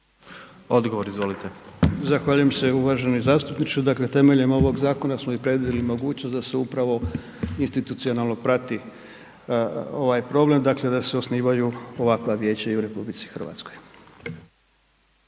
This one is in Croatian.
Mile (SDSS)** Zahvaljujem se uvaženi zastupniče, dakle temeljem ovog zakona smo i predvidjeli mogućnost da se upravo institucionalno prati ovaj problem, dakle da se osnivaju ovakva vijeća i u RH.